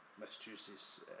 Massachusetts